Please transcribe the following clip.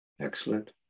Excellent